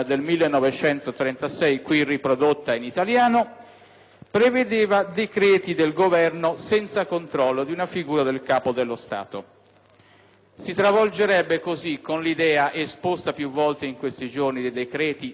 prevedeva decreti del Governo senza il controllo di una figura di Capo dello stato. Si travolgerebbe così, con l'idea esposta più volte in questi giorni dei decreti senza controllo presidenziale come via normale di decisione,